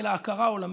אל ההכרה העולמית,